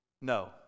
No